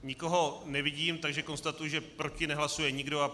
Nikoho nevidím, takže konstatuji, že proti nehlasuje nikdo.